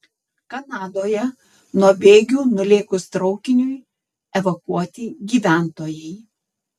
kanadoje nuo bėgių nulėkus traukiniui evakuoti gyventojai